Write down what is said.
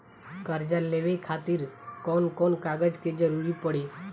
कर्जा लेवे खातिर कौन कौन कागज के जरूरी पड़ी?